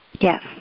Yes